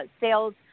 sales